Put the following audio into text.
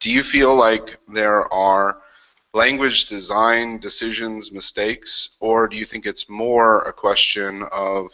do you feel like there are language design decisions, mistakes, or do you think it's more a question of